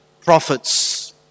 prophets